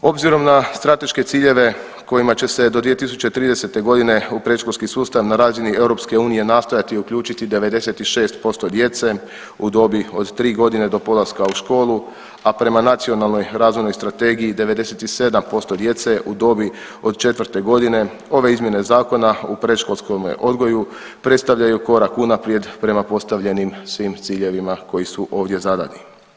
Obzirom na strateške ciljeve kojima će se do 2030.g. u predškolski sustav na razini EU nastojati uključiti 96% djece u dobi od tri godine do polaska u školu, a prema Nacionalnoj razvojnoj strategiji 97% djece u dobi od 4. godine ove izmjene Zakona u predškolskome odgoju predstavljaju korak unaprijed prema postavljenim svim ciljevima koji su ovdje zadani.